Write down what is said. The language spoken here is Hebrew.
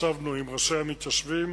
ישבנו עם ראשי המתיישבים